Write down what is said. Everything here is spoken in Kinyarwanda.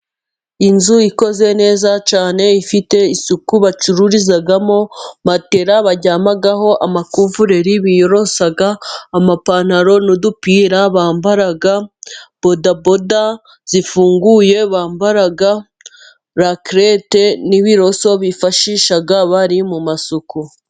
Inzu ikoze neza cyane ifite isuku, bacururizamo matera baryamaho, amakuvureri biyoyorosa, amapantaro n'udupira bambara, bodaboda zifunguye bambara, rakerete n'ibiroso bifashisha bari mu masuku.